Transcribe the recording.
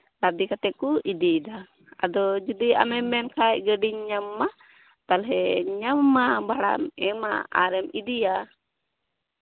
ᱞᱟᱫᱮ ᱠᱟᱛᱮᱫ ᱠᱚ ᱤᱫᱤᱭᱫᱟ ᱟᱫᱚ ᱡᱩᱫᱤ ᱟᱢᱮᱢ ᱢᱮᱱ ᱠᱷᱟᱱ ᱜᱟᱹᱰᱤᱧ ᱧᱟᱢ ᱢᱟᱢᱟ ᱛᱟᱦᱞᱮᱧ ᱧᱟᱢ ᱢᱟᱢᱟ ᱵᱷᱟᱲᱟᱢ ᱮᱢᱟ ᱟᱨᱮᱢ ᱤᱫᱤᱭᱟ